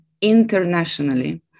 internationally